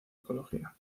ecología